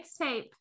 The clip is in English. mixtape